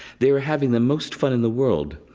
they were having the most fun in the world.